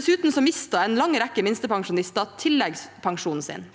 Dessuten mistet en lang rekke minstepensjonister tilleggspensjonen sin.